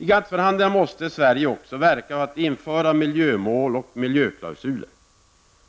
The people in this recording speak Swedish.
I GATT-förhandlingarna måste Sverige också medverka för att införa miljömål och miljöklausuler.